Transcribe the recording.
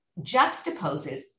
juxtaposes